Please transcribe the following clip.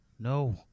No